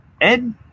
Ed